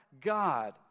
God